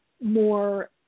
more